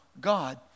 God